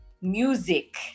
music